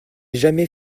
jamais